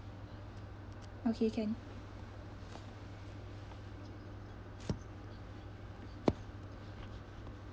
okay can